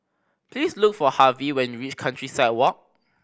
please look for Harvie when you reach Countryside Walk